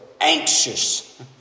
Anxious